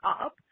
up